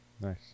Nice